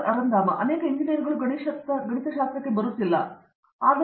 ಅರಂದಾಮ ಸಿಂಗ್ ಅನೇಕ ಎಂಜಿನಿಯರುಗಳು ಗಣಿತಶಾಸ್ತ್ರಕ್ಕೆ ಬರುತ್ತಿಲ್ಲ ಆದರೆ ಒಂದು ಅಥವಾ ಎರಡು ಇವೆ